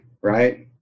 right